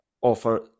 offer